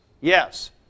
Yes